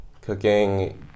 Cooking